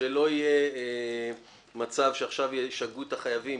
שלא יהיה מצב שישגעו את החייבים,